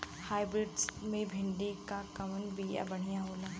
Hybrid मे भिंडी क कवन बिया बढ़ियां होला?